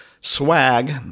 swag